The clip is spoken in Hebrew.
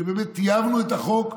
ובאמת טייבנו את החוק.